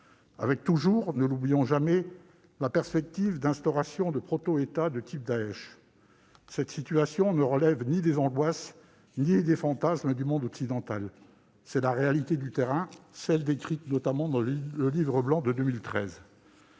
perspective, ne l'oublions jamais, d'instauration de proto-États de type Daech. Cette situation ne relève ni des angoisses ni des fantasmes du monde occidental. C'est la réalité du terrain, telle qu'elle a été décrite, notamment, dans le Livre blanc de 2013.